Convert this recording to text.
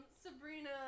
Sabrina